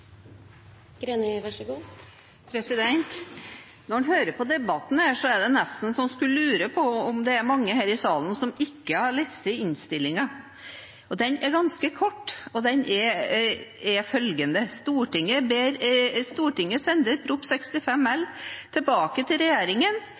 Når en hører på debatten, er det nesten så en lurer på om det er mange i salen som ikke har lest innstillingen. Den er ganske kort og lyder følgende: «Stortinget sender Prop. 65 L tilbake til regjeringen. Stortinget ber regjeringen innhente en samlet vurdering fra Språkrådet til valg av nye fylkesnavn og sende